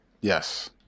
yes